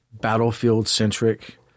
battlefield-centric